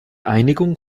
einigung